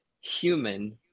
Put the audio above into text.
human